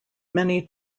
many